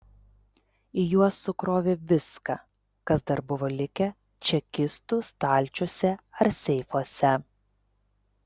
į juos sukrovė viską kas dar buvo likę čekistų stalčiuose ar seifuose